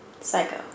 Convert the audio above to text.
psycho